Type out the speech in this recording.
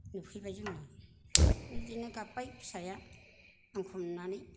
नुफैबाय जोङो बिदिनो गाब्बाय फिसाया आंखौ नुनानै